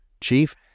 Chief